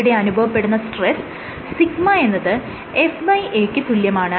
ഇവിടെ അനുഭവപ്പെടുന്ന സ്ട്രെസ് σ എന്നത് FA ക്ക് തുല്യമാണ്